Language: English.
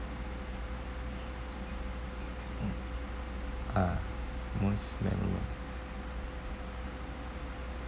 mm ah most memorable